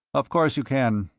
of course you can.